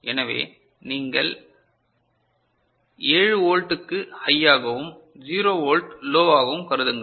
எனவே நீங்கள் 7 வோல்ட்டுக்கு ஹையாகவும் 0 வோல்ட் லோ வாகவும் கருதுங்கள்